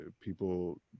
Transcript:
people